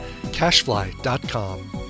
cashfly.com